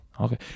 Okay